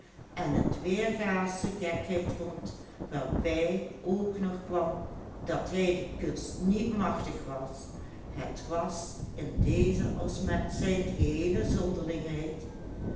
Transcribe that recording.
en het weergasche gekheid vond waarbij ook nog kwam dat hij de kunst niet machtig was het was in dezen als met zijn geheele zonderlingheid